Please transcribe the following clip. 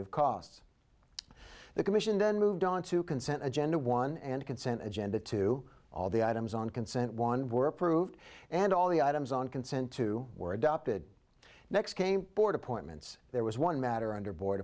e costs the commission then moved onto consent agenda one and consent agenda to all the items on consent one were approved and all the items on consent to were adopted next came board appointments there was one matter under board